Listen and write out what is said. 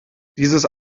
dieses